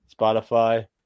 Spotify